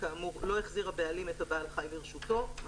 כאמור לא החזיר הבעלים את הבעל-חי לרשותו" מה